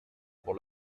pour